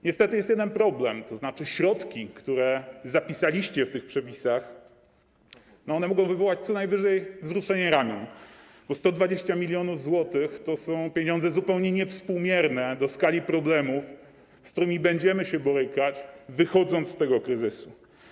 Niestety jest jeden problem: środki, które zapisaliście w tych przepisach, mogą wywołać co najwyżej wzruszenie ramion, bo 120 mln zł to są pieniądze zupełnie niewspółmierne do skali problemów, z którymi będziemy się borykać, wychodząc z tego kryzysu.